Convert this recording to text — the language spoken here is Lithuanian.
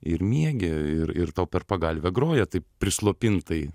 ir miegi ir ir tau per pagalvę groja taip prislopintai